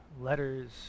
letters